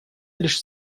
лишь